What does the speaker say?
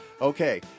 Okay